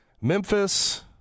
Memphis